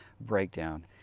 breakdown